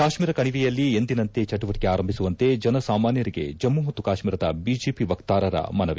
ಕಾಶ್ನೀರ ಕಣಿವೆಯಲ್ಲಿ ಎಂದಿನಂತೆ ಚಟುವಟಕೆ ಆರಂಭಿಸುವಂತೆ ಜನಸಾಮಾನ್ಸರಿಗೆ ಜಮ್ನು ಮತ್ತು ಕಾಶ್ನೀರದ ಬಿಜೆಪಿ ವಕ್ತಾರರ ಮನವಿ